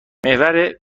محور